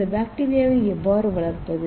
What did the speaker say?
இந்த பாக்டீரியாவை எவ்வாறு வளர்ப்பது